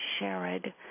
Sherrod